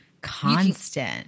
constant